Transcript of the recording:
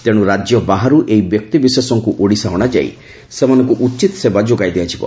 ତେଶୁ ରାଜ୍ୟ ବାହାରୁ ଏହି ବ୍ୟକ୍ତିବିଶେଷଙ୍କୁ ଓଡ଼ିଶା ଅଣାଯାଇ ସେମାନଙ୍କୁ ଉଚିତ୍ ସେବା ଯୋଗାଇ ଦିଆଯିବ